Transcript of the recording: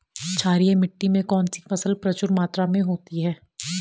क्षारीय मिट्टी में कौन सी फसल प्रचुर मात्रा में होती है?